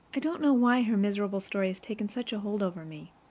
i don't know why her miserable story has taken such a hold over me.